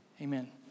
Amen